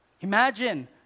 imagine